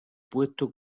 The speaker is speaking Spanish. puesto